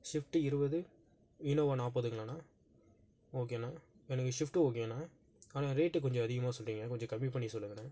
shift இருபது Innova நாற்பதுங்களாண்ணா ஓகேண்ணா எனக்கு ஷிஃப்ட்டு ஓகேண்ணா ஆனால் ரேட்டு கொஞ்சம் அதிகமாக சொல்லுறீங்க கொஞ்சம் கம்மி பண்ணி சொல்லுங்கண்ணா